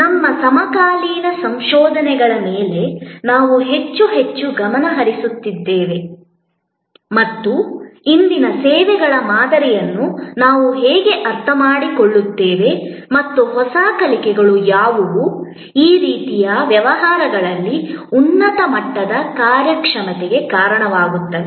ನಮ್ಮ ಸಮಕಾಲೀನ ಸಂಶೋಧನೆಗಳ ಮೇಲೆ ನಾವು ಹೆಚ್ಚು ಹೆಚ್ಚು ಗಮನ ಹರಿಸುತ್ತೇವೆ ಮತ್ತು ಇಂದಿನ ಸೇವೆಗಳ ಮಾದರಿಯನ್ನು ನಾವು ಹೇಗೆ ಅರ್ಥಮಾಡಿಕೊಳ್ಳುತ್ತೇವೆ ಮತ್ತು ಹೊಸ ಕಲಿಕೆಗಳು ಯಾವುವು ಈ ರೀತಿಯ ವ್ಯವಹಾರಗಳಲ್ಲಿ ಉನ್ನತ ಮಟ್ಟದ ಕಾರ್ಯಕ್ಷಮತೆಗೆ ಕಾರಣವಾಗುತ್ತವೆ